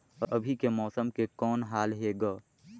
अभी के मौसम के कौन हाल हे ग?